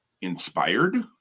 inspired